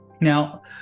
Now